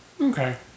Okay